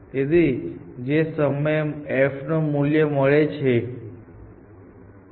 તેથી જે સમયે મને f નું મૂલ્ય મળે છે જે